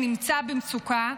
שנמצא במצוקה.